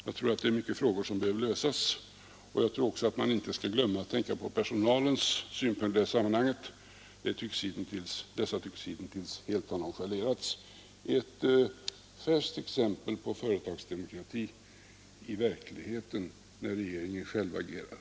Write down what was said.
Jag tror det finns många frågor som där behöver lösas. Man skall heller inte i sammanhanget glömma att tänka på personalens synpunkter. De tycks hittills ha nonchalerats helt. Det är ett färskt exempel på företagsdemokrati i verkligheten, när regeringen själv agerar.